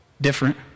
Different